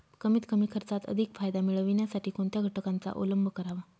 कमीत कमी खर्चात अधिक फायदा मिळविण्यासाठी कोणत्या घटकांचा अवलंब करावा?